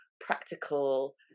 practical